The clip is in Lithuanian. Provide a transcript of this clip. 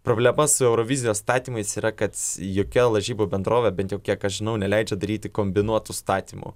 problema su eurovizijos statymais yra kad jokia lažybų bendrovė bent jau kiek aš žinau neleidžia daryti kombinuotų statymų